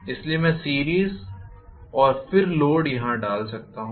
इसलिए मैं सीरीस और फिर लोड यहां डाल सकता हूं